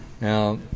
Now